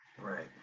Right